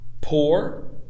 poor